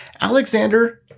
Alexander